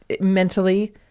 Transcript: mentally